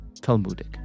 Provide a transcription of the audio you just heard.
Talmudic